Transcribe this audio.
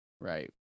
Right